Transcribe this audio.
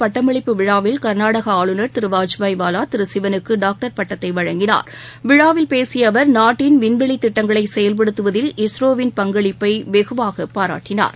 பட்டமளிப்பு விழாவில் நேற்று நடைபெற்ற கர்நாடகா ஆளுநர் திரு வஜுபாய் வாலா திரு சிவனுக்கு டாக்டர் பட்டத்தை வழங்கினார் விழாவில் பேசிய அவர் நாட்டின் விண்வெளித் திட்டங்களை செயல்படுத்துவதில் இஸ்ரோவின் பங்களிப்பை வெகுவாகப் பாராட்டினார்